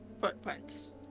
footprints